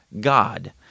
God